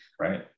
Right